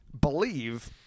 believe